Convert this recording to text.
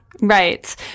Right